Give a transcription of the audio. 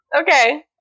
Okay